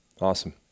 Awesome